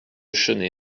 chennai